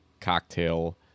cocktail